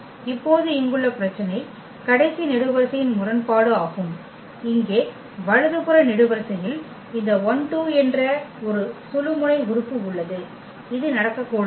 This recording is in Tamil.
இப்போது இங்குள்ள பிரச்சனை கடைசி நெடுவரிசையின் முரண்பாடு ஆகும் இங்கே வலதுபுற நெடுவரிசையில் இந்த 12 என்ற ஒரு சுழுமுனை உறுப்பு உள்ளது இது நடக்கக்கூடாது